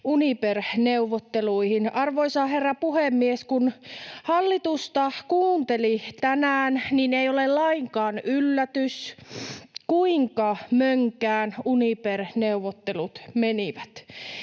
Uniper-neuvotteluihin. Arvoisa herra puhemies, kun hallitusta kuunteli tänään, niin ei ole lainkaan yllätys, kuinka mönkään Uniper-neuvottelut menivät.